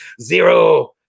zero